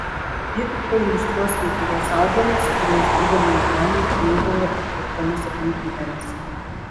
ji tik pailiustruos kai kuriuos augalus kuriais gydomi ligoniai knygoje aptartomis aplinkybėmis